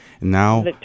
now